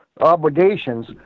obligations